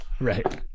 Right